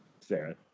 Sarah